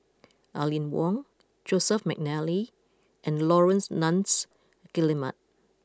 Aline Wong Joseph McNally and Laurence Nunns Guillemard